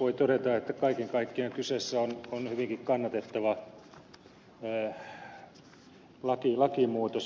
voi todeta että kaiken kaikkiaan kyseessä on hyvinkin kannatettava lakimuutos